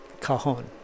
Cajon